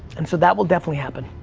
and so that will definitely happen.